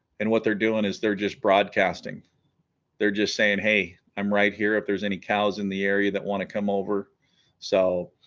and what they're doing is they're just broadcasting they're just saying hey i'm right here if there's any cows in the air that want to come over so